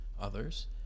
others